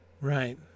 Right